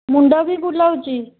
ମୁଣ୍ଡ ବି ବୁଲାଉଛି